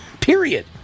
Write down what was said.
period